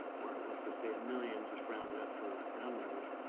or let's just say a million just rounded up for round numbers.